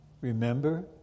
remember